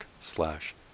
slash